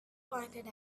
pointed